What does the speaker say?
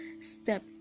step